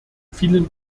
vielen